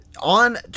On